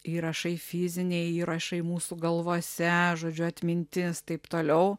įrašai fiziniai įrašai mūsų galvose žodžiu atmintis taip toliau